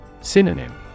Synonym